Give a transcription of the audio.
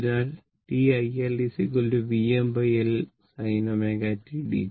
അതിനാൽ d iL VmL sin ω t dt